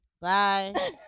Bye